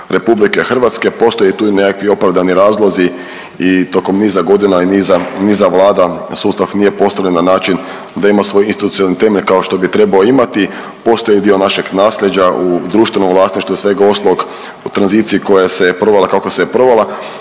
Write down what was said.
RH. Postoje tu i nekakvi opravdani razlozi i tokom niza godina i niza, niza vlada sustav nije postavljen na način da ima svoj institucionalni temelj kao što bi trebao imati, postao je dio našeg nasljeđa u društvenom vlasništvu i svega ostaloga u tranziciji koja se je provela kako se je provela,